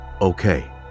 okay